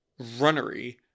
runnery